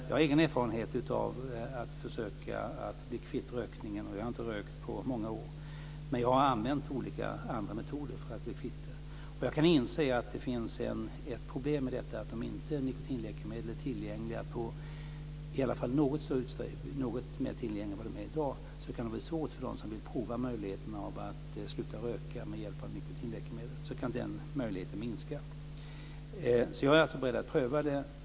Jag har egen erfarenhet av att försöka bli kvitt rökningen. Jag har inte rökt på många år, men jag har använt olika andra metoder för att bli kvitt den. Jag kan inse att det finns ett problem i detta: Om inte nikotinläkemedel är åtminstone något mer tillgängliga än vad de är i dag kan möjligheten minska för dem som vill prova att sluta röka med hjälp av nikotinläkemedel. Jag är alltså beredd att pröva detta.